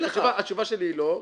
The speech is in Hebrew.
התשובה שלי היא לא,